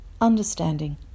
understanding